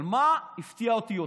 אבל מה הפתיע אותי יותר?